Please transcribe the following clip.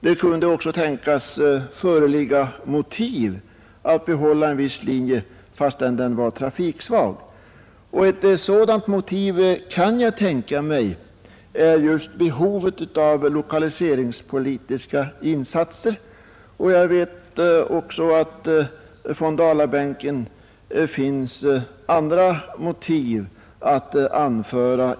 Det kunde också tänkas föreligga motiv att behålla en viss linje fastän den är trafiksvag, och ett sådant motiv som jag kan tänka mig är behovet av lokaliseringspolitiska insatser. Jag vet också att det från Dalabänken finns andra motiv att anföra.